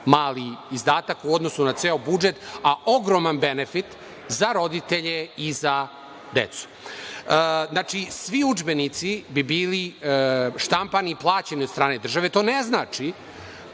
mali izdatak u odnosu na ceo budžet, a ogroman benefit za roditelje i za decu. Znači, svi udžbenici bi bili štampani i plaćeni od strane države to ne znači